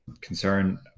concern